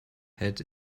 hat